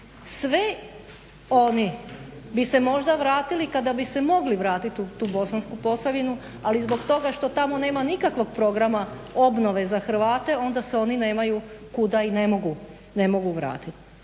Sve oni bi se možda vratili kada bi se mogli vratiti u tu Bosansku posavinu ali zbog toga što tamo nema nikakvog programa obnove za Hrvate onda se oni nemaju kuda i ne mogu vratiti.